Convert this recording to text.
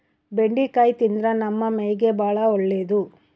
ಬೆಂಡಿಕಾಯಿ ತಿಂದ್ರ ನಮ್ಮ ಮೈಗೆ ಬಾಳ ಒಳ್ಳೆದು